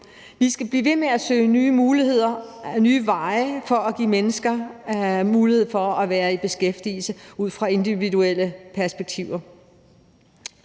Vi skal blive ved med at søge nye muligheder ad nye veje for at give mennesker mulighed for at være i beskæftigelse ud fra individuelle perspektiver.